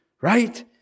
right